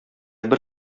бер